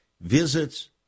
visits